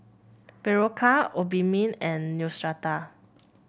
Berocca Obimin and Neostrata